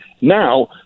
Now